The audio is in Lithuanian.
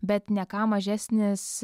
bet ne ką mažesnis